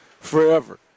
forever